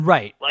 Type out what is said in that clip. Right